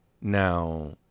Now